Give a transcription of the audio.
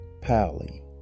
Pally